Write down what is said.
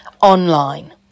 online